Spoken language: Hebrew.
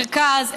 מרכז,